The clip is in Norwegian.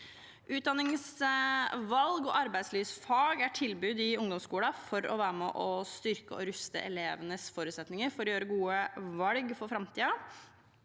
Utdanningsvalg og arbeidslivsfag er tilbud i ungdomsskolen for å være med og styrke og ruste elevenes forutsetninger for å gjøre gode valg for framtiden,